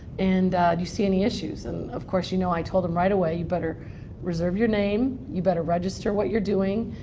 and do you see any issues. and of course, you know, i told him right away you better reserve your name. you better register what you're doing.